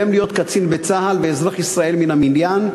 להיות קצין בצה"ל ואזרח ישראל מן המניין.